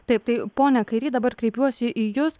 taip tai pone kairy dabar kreipiuosi į jus